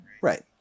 Right